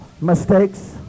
mistakes